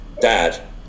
dad